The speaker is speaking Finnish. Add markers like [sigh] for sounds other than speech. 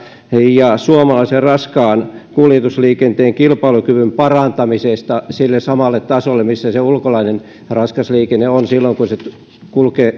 ja suomalaisen raskaan kuljetusliikenteen kilpailukyvyn parantamisesta sille samalle tasolle jolla ulkolainen raskas liikenne on silloin kun se kulkee [unintelligible]